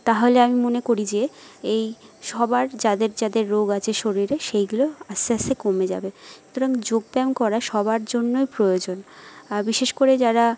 তাহলে আমি মনে করি যে এই সবার যাদের যাদের রোগ আছে শরীরে সেইগুলো আস্তে আস্তে কমে যাবে সুতরাং যোগব্যাম করা সবার জন্যই প্রয়োজন আর বিশেষ করে যারা